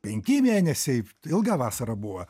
penki mėnesiai ilga vasara buvo